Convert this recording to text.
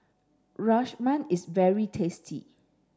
Rajma is very tasty